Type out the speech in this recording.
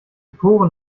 poren